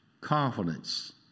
confidence